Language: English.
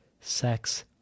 sex